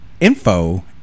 info